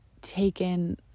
taken